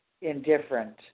indifferent